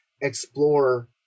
explore